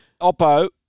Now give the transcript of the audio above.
Oppo